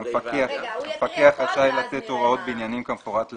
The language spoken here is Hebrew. המפקח רשאי לתת הוראות בעניינים כמפורט להלן,